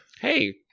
Hey